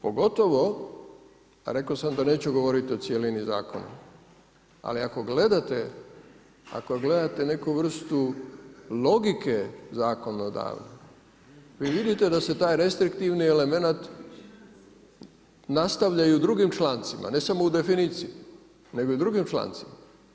Pogotovo rekao sam da neću govoriti o cjelini zakona, ali ako gledate neku vrstu logike zakonodavne, vi vidite da se taj restriktivni elemenat nastavlja i u drugim člancima ne samo u definiciji nego i u drugim člancima.